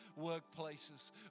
workplaces